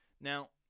now